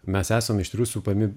mes esame iš tikrųjų supami